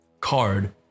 card